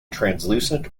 translucent